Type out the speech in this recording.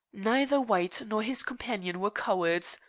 neither white nor his companion were cowards.